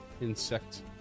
insect